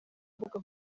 mbuga